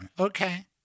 Okay